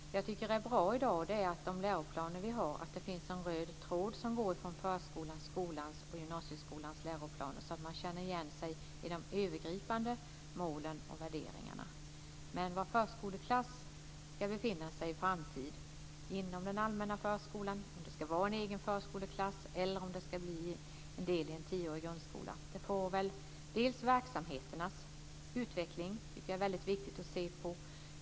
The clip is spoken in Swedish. Det jag tycker är bra i dag är att det i de läroplaner vi har finns en röd tråd som går genom förskolans, skolans och gymnasieskolans läroplaner så att man känner igen sig i de övergripande målen och värderingarna. Men frågan är var förskoleklassen ska befinna sig i framtiden, inom den allmäna förskolan, som en egen förskoleklass eller som en del i en tioårig grundskola. Det får väl delvis verksamheternas utveckling avgöra. Den tycker jag är väldigt viktig att se på.